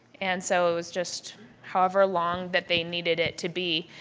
and so it was just however long that they needed it to be.